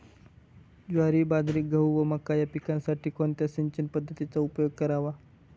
ज्वारी, बाजरी, गहू व मका या पिकांसाठी कोणत्या सिंचन पद्धतीचा उपयोग करावा?